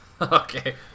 okay